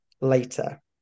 Later